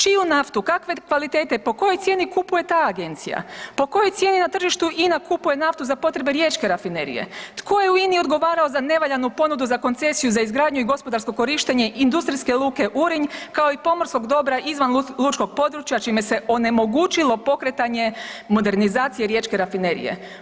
Čiju naftu, kakve kvalitete, po kojoj cijeni kupuje ta agencija, po kojoj cijeni na tržištu INA kupuje naftu za potrebe Riječke rafinerije, tko je u INA-i odgovarao za nevaljanu ponudu za koncesiju za izgradnju i gospodarsko korištenje industrijske luke Urinj kao i pomorskog dobra izvan lučkog područja čime se onemogućilo pokretanje modernizacije Riječke rafinerije?